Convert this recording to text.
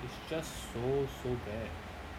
it's just so so bad